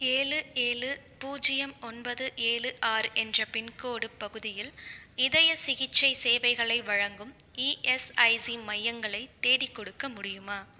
ஏழு ஏழு பூஜ்ஜியம் ஒன்பது ஏழு ஆறு என்ற பின்கோடு பகுதியில் இதய சிகிச்சை சேவைகளை வழங்கும் இஎஸ்ஐசி மையங்களை தேடிக்கொடுக்க முடியுமா